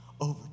over